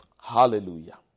Hallelujah